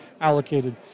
allocated